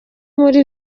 muri